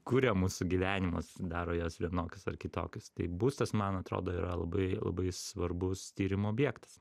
kuria mūsų gyvenimus daro juos vienokius ar kitokius tai būstas man atrodo yra labai labai svarbus tyrimų objektas